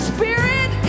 Spirit